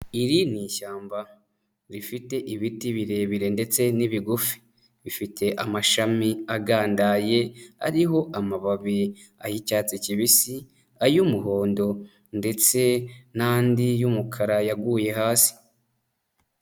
iri ni ishyamba, rifite ibiti birebire ndetse n'ibigufi ,bifite amashami agandaye ariho amababi ,ay'icyatsi kibisi, ay'umuhondo ,ndetse n'andi y'umukara yaguye hasi.